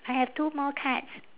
I have two more cards